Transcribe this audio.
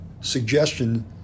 suggestion